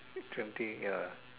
twenty ya